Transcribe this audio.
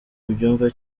ubyumva